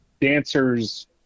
dancers